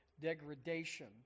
degradation